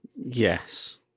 Yes